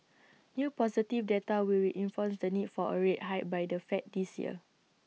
new positive data will reinforce the need for A rate hike by the fed this year